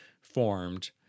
formed